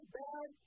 bad